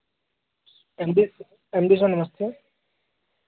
M D M D sir नमस्ते